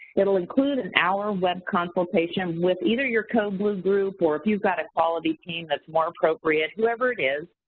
it'll include an hour web consultation with either your code blue group or if you've got a quality team that's more appropriate, whoever it is,